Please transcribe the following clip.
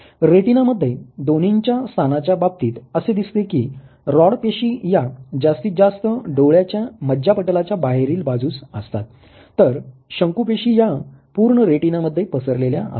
retina मध्ये दोन्हीच्या स्थानाच्या बाबतीत असे दिसते की रॉड पेशी या जास्तीत जास्त डोळ्याच्या मज्जापटलाच्या बाहेरील बाजूस असतात तर शंकू पेशी या पूर्ण रेटीना मध्ये पसरलेल्या असतात